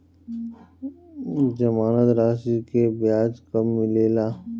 जमानद राशी के ब्याज कब मिले ला?